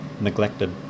neglected